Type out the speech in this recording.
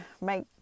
make